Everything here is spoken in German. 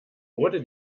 wurde